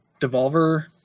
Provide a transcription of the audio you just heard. Devolver